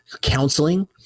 counseling